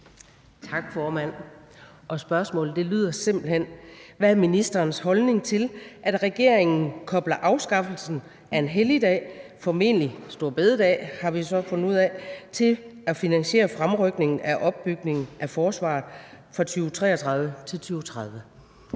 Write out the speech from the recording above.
Tak, formand. Spørgsmålet lyder simpelt hen: Hvad er ministerens holdning til, at regeringen kobler afskaffelsen af en helligdag, formentlig store bededag, har vi jo så fundet ud af, til at finansiere fremrykningen af opbygningen af forsvaret fra 2033 til 2030? Kl.